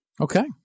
Okay